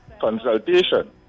consultation